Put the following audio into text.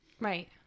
Right